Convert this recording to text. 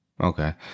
Okay